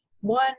One